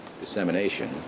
dissemination